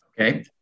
Okay